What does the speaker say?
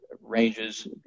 ranges